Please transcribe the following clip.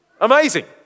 Amazing